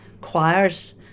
choirs